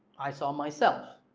i saw myself.